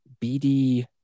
BD